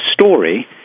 story